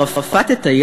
הוא ילחץ לערפאת את היד?